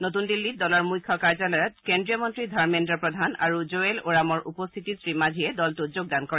নতন দিল্লীত দলৰ মুখ্য কাৰ্যালয়ত কেন্দ্ৰীয় মন্ত্ৰী ধৰ্মেল্ৰ প্ৰধান আৰু জুৱেল ওৰামৰ উপস্থিতিত শ্ৰীমাঝিয়ে দলটোত যোগদান কৰে